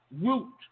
root